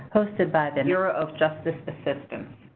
hosted by the bureau of justice assistance.